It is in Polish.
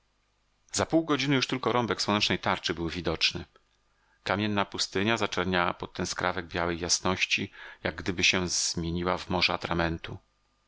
za pół godziny już tylko rąbek słonecznej tarczy był widoczny kamienna pustynia zczerniała po pod ten skrawek białej jasności jakgdyby się zamieniła w morze atramentu